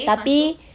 tapi